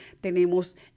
tenemos